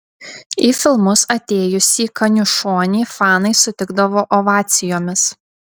į filmus atėjusį kaniušonį fanai sutikdavo ovacijomis